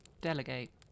Delegate